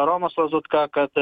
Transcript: romas lazutka kad